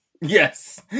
Yes